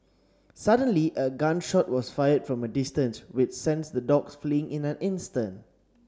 suddenly a gun shot was fired from a distance which sent the dogs fleeing in an instant